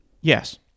Yes